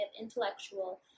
intellectual